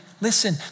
listen